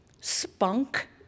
spunk